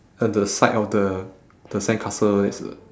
at the side of the the sandcastle there's a